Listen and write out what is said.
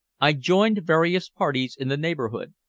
i joined various parties in the neighborhood,